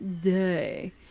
Day